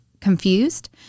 confused